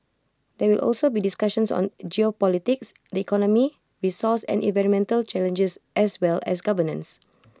there will also be discussions on geopolitics the economy resource and environmental challenges as well as governance